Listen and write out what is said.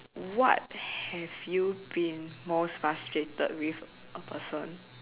what have you been most frustrated with a person